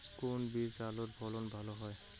কোন বীজে আলুর ফলন ভালো হয়?